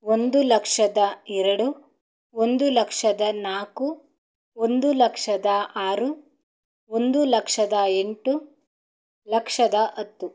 ಒಂದು ಲಕ್ಷದ ಎರಡು ಒಂದು ಲಕ್ಷದ ನಾಲ್ಕು ಒಂದು ಲಕ್ಷದ ಆರು ಒಂದು ಲಕ್ಷದ ಎಂಟು ಲಕ್ಷದ ಹತ್ತು